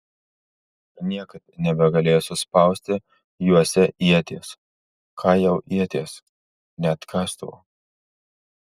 niekad nebegalėsiu spausti juose ieties ką jau ieties net kastuvo